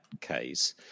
case